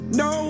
no